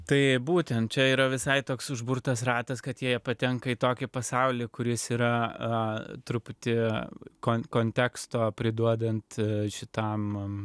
tai būtent čia yra visai toks užburtas ratas kad jie patenka į tokį pasaulį kuris yra truputį konteksto priduodant šitam